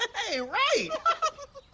hey right.